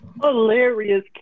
Hilarious